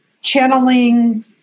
channeling